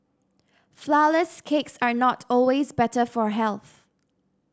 flourless cakes are not always better for health